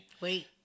Wait